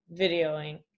videoing